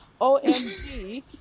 omg